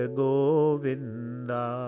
govinda